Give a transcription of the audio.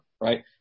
right